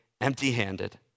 empty-handed